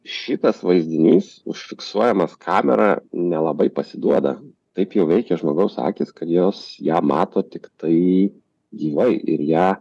šitas vaizdinys užfiksuojamas kamera nelabai pasiduoda taip jau veikia žmogaus akys kad jos ją mato tiktai gyvai ir ją